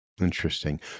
Interesting